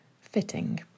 fitting